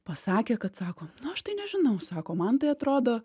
pasakė kad sako nu aš tai nežinau sako man tai atrodo